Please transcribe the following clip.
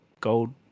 gold